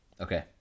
Okay